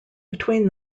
between